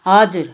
हजुर